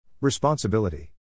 Responsibility